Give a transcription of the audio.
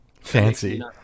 fancy